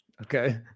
okay